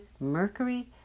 Mercury